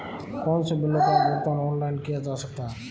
कौनसे बिलों का भुगतान ऑनलाइन किया जा सकता है?